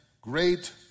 great